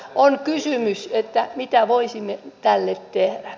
on kysymys siitä mitä voisimme tälle tehdä